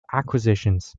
acquisitions